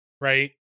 right